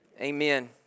amen